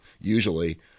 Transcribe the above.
usually